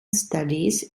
studies